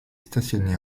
stationné